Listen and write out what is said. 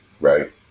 right